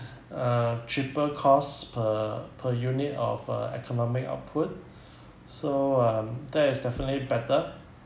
uh cheaper costs per per unit of uh economic output so um that is definitely better